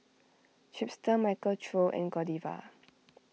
Chipster Michael Trio and Godiva